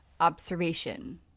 Observation